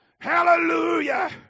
Hallelujah